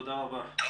תודה רבה.